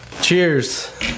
cheers